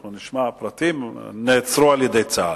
אנחנו נשמע פרטים, נעצרו על-ידי צה"ל.